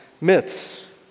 myths